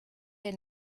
der